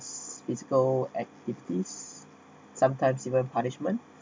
physical activities sometimes even punishment